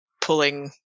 pulling